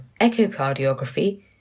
Echocardiography